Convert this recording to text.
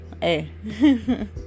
hey